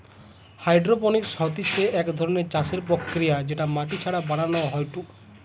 hydroponics হতিছে এক ধরণের চাষের প্রক্রিয়া যেটা মাটি ছাড়া বানানো হয়ঢু